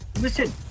Listen